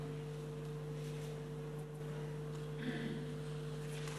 בבקשה,